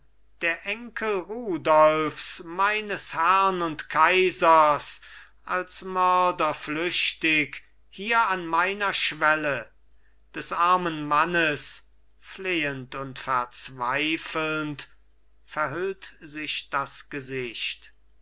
der enkel rudolfs meines herrn und kaisers als mörder flüchtig hier an meiner schwelle des armen mannes flehend und verzweifelnd verhüllt sich das gesicht